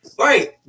Right